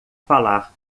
falar